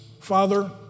Father